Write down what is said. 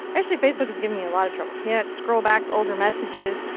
actually facebook is giving me a lot of trouble. cannot scroll back to older messages.